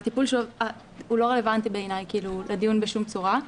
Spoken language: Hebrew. הטיפול שלו לדעתי לא רלוונטי לדיון בשום צורה.